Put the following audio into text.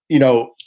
you know,